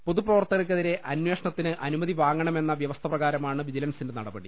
പൊതുപ്രവർത്ത കർക്കെതിരെ അന്വേഷണത്തിന് അനുമതി വാങ്ങണമെന്ന വ്യവ സ്ഥ പ്രകാരമാണ് വിജിലൻസിന്റെ നടപടി